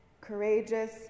courageous